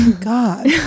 God